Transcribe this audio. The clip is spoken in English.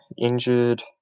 injured